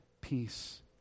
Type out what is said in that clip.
peace